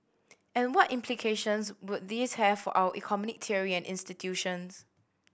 and what implications would this have for our economic theory institutions